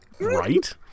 right